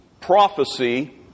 prophecy